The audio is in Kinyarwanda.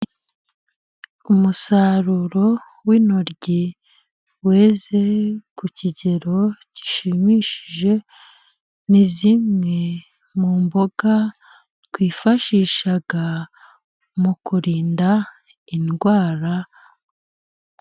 Umusaruro w' intoryi weze ku kigero gishimishije, ni zimwe mu mboga twifashisha mu kurinda indwara.